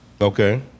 Okay